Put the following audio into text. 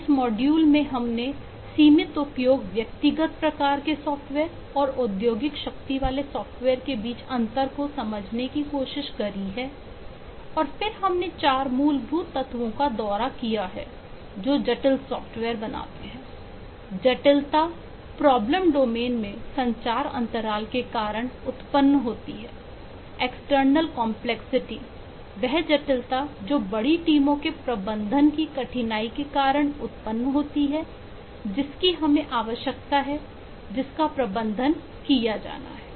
इस मॉड्यूल में हमने सीमित उपयोग व्यक्तिगत प्रकार के सॉफ़्टवेयर और औद्योगिक शक्ति वाले सॉफ्टवेयर के बीच अंतर को समझने की कोशिश करी है और फिर हमने 4 मूलभूत तत्वों का दौरा किया है जो जटिल सॉफ्टवेयर बनाते हैं जटिलता प्रॉब्लम डोमेन वह जटिलता जो बड़ी टीमों के प्रबंधन की कठिनाई के कारण उत्पन्न होती है जिसकी हमें आवश्यकता होती है जिसका प्रबंधन किया जाना है